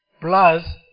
plus